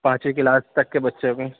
پانچویں کلاس تک کے بچوں کی